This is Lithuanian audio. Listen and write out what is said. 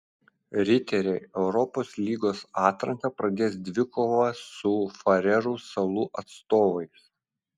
riteriai europos lygos atranką pradės dvikova su farerų salų atstovais